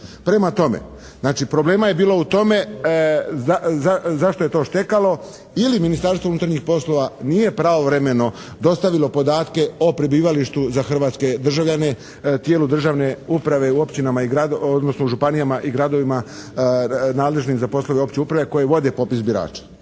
Prema tome, znači problema je bilo u tome zašto je to štekalo ili Ministarstvo unutarnjih poslova nije pravovremeno dostavilo podatke o prebivalištu za hrvatske državljane tijelu državne uprave u općinama i gradu, odnosno županijama i gradovima nadležnim za poslove opće uprave koji vode popis birača.